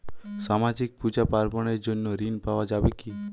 সামাজিক পূজা পার্বণ এর জন্য ঋণ পাওয়া যাবে কি?